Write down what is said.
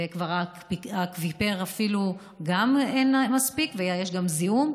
ואפילו באקוויפר גם אין מספיק ויש גם זיהום.